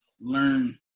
learn